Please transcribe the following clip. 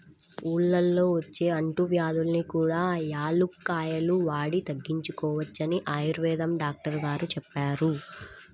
ఊళ్ళల్లో వచ్చే అంటువ్యాధుల్ని కూడా యాలుక్కాయాలు వాడి తగ్గించుకోవచ్చని ఆయుర్వేదం డాక్టరు గారు చెప్పారు